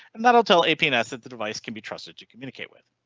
and that'll tell apn s at the device can be trusted to communicate with.